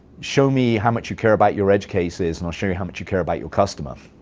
show me how much you care about your edge cases, and i'll show you how much you care about your customer.